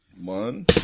one